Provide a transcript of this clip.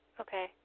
Okay